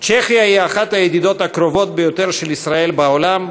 צ'כיה היא אחת הידידות הקרובות ביותר של ישראל בעולם,